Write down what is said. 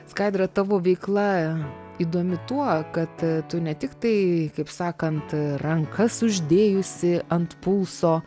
skaidra tavo veikla įdomi tuo kad tu ne tiktai kaip sakant rankas uždėjusi ant pulso